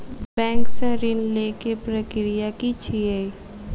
Bank सऽ ऋण लेय केँ प्रक्रिया की छीयै?